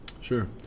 Sure